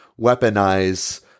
weaponize